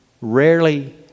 rarely